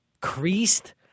creased